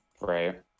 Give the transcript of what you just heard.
Right